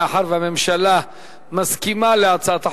מאחר שהממשלה מסכימה להצעת החוק,